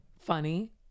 funny